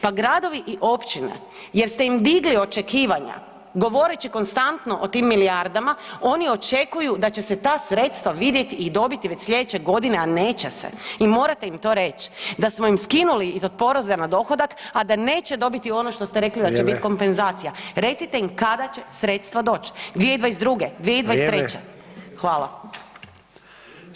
Pa gradovi i općine jer ste im digli očekivanja govoreći konstantno o tim milijardama oni očekuju da će se ta sredstva vidjet i dobiti već slijedeće godine, a neće se i morate im to reć da smo im skinuli i od poreza na dohodak, a da neće dobiti ono što ste rekli da će bit kompenzacija [[Upadica: Vrijeme]] Recite im kada će sredstva doć, 2022., 2023.? [[Upadica: Vrijeme]] Hvala.